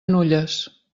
nulles